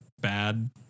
bad